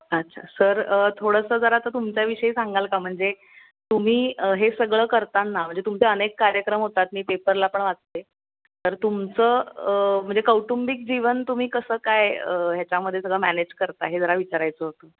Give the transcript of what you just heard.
अच्छा सर थोडंसं जरा आता तुमच्याविषयी सांगाल का म्हणजे तुम्ही हे सगळं करताना म्हणजे तुमचे अनेक कार्यक्रम होतात मी पेपरला पण वाचते तर तुमचं म्हणजे कौटुंबिक जीवन तुम्ही कसं काय ह्याच्यामध्ये सगळं मॅनेज करता हे जरा विचारायचं होतं